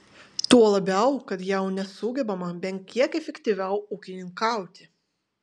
tuo labiau kad jau nesugebama bent kiek efektyviau ūkininkauti